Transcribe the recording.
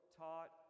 taught